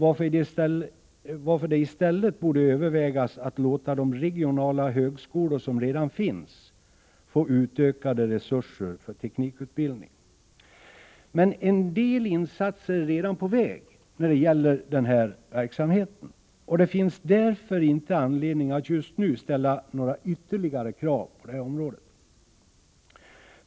I stället borde övervägas att låta de regionala högskolor som redan finns få utökade resurser för teknikutbildning. En del insatser när det gäller denna verksamhet är redan på väg. Det finns därför inte anledning att just nu ställa några ytterligare krav på detta område.